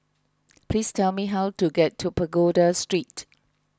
please tell me how to get to Pagoda Street